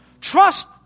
Trust